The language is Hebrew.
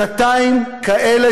שנתיים כאלה,